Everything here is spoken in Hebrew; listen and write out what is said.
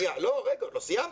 לא סיימתי.